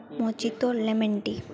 mojito lemon tea